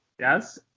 Yes